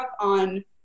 on